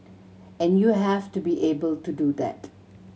and you have to be able to do that